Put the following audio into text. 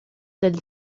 del